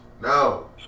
No